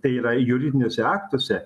tai yra juridiniuose aktuose